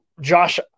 Josh